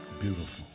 Beautiful